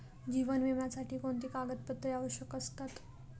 जीवन विम्यासाठी कोणती कागदपत्रे आवश्यक असतात?